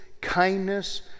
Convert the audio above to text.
kindness